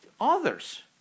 others